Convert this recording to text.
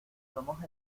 somos